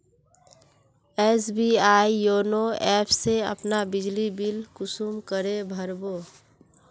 SBI YONO app से अपना बिजली बिल कुंसम करे भर बो?